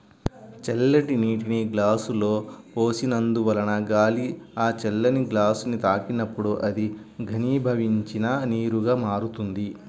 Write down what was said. చల్లటి నీటిని గ్లాసులో పోసినందువలన గాలి ఆ చల్లని గ్లాసుని తాకినప్పుడు అది ఘనీభవించిన నీరుగా మారుతుంది